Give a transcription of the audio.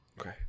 Okay